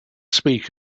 speak